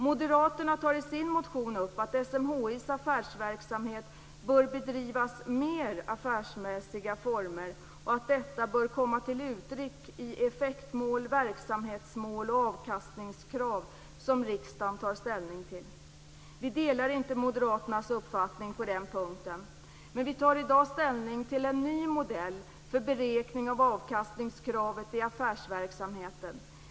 Moderaterna tar i sin motion upp att SMHI:s affärsverksamhet bör bedrivas i mer affärsmässiga former och att detta bör komma till uttryck i effektmål, verksamhetsmål och avkastningskrav som riksdagen tar ställning till. Vi delar inte moderaternas uppfattning på denna punkt. Vi tar i dag ställning till en ny modell för beräkning av avkastningskravet i affärsverksamheten.